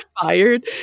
fired